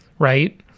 right